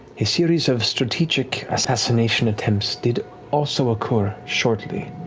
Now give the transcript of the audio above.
a series of strategic assassination attempts did also occur shortly